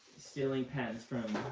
stealing pens from